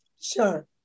Sure